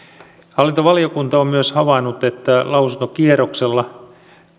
hallintovaliokunta on myös havainnut että lausuntokierroksella